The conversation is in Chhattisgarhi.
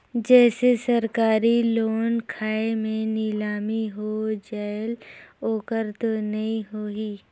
जैसे सरकारी लोन खाय मे नीलामी हो जायेल ओकर तो नइ होही?